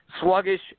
sluggish